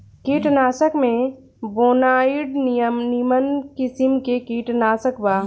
कीटनाशक में बोनाइड निमन किसिम के कीटनाशक बा